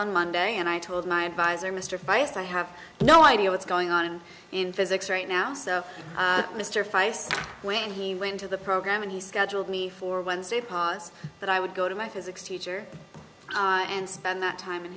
on monday and i told my advisor mr feist i have no idea what's going on in physics right now so mr feist when he went to the program he scheduled me for wednesday pass that i would go to my physics teacher and spend that time in